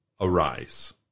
arise